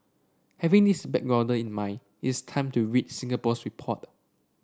having this backgrounder in mind is time to read Singapore's report